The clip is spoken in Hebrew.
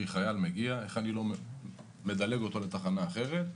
חייל מגיע, איך אני לא מעביר אותו לתחנה אחרת.